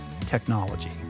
technology